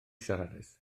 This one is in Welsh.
siaradus